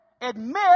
admit